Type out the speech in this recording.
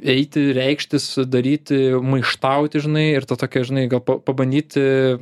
eiti reikštis daryti maištauti žinai ir ta tokia žinai gal pabandyti